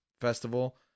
festival